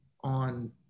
on